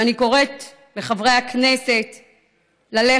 ואני קוראת לחברי הכנסת ללכת,